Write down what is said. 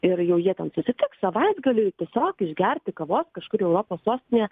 ir jau jie ten susitiks savaitgaliui tiesiog išgerti kavos kažkur europos sostinėje